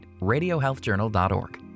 RadioHealthJournal.org